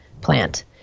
plant